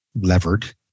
levered